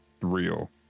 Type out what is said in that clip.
real